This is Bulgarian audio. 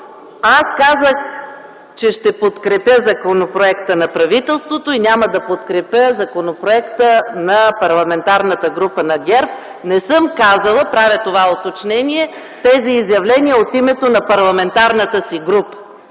аз казах, че ще подкрепя законопроекта на правителството и няма да подкрепя законопроекта на Парламентарната група на ГЕРБ. Не съм правила, уточнявам, тези изявления от името на парламентарната си група,